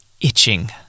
itching